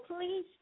please